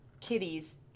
kitties